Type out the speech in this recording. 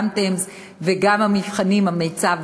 גם TIMSS וגם מבחני המיצ"ב,